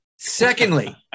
Secondly